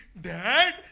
Dad